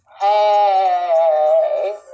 hey